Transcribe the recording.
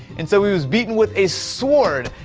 and so he was beaten with a sword,